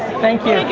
thank you.